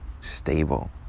stable